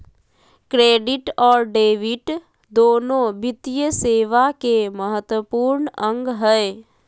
credit और debit दोनो वित्तीय सेवा के महत्त्वपूर्ण अंग हय